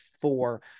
four